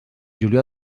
julià